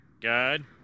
God